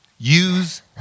Use